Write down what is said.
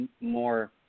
more